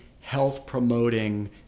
health-promoting